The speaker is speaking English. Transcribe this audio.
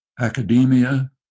Academia